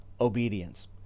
obedience